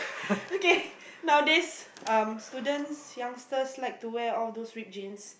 okay nowadays um students youngsters like to wear all those ripped jeans